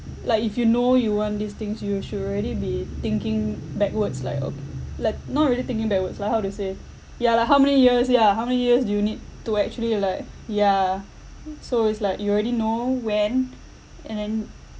like if you know you want these things you should already be thinking backwards like oh like not really thinking backwards like how to say ya like how many years ya how many years do you need to actually like yeah so it's like you already know when and then